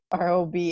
Rob